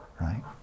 right